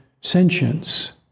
sentience